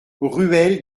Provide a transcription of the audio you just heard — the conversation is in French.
ruelle